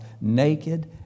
naked